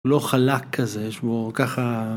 ‫לא חלק כזה, יש בו ככה...